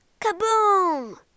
Kaboom